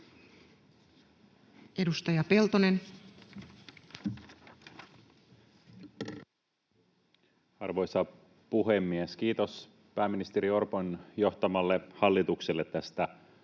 18:39 Content: Arvoisa puhemies! Kiitos pääministeri Orpon johtamalle hallitukselle tästä